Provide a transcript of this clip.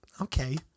Okay